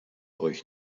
euch